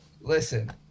Listen